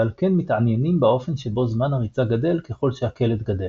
ועל כן מתעניינים באופן שבו זמן הריצה גדל ככל שהקלט גדל.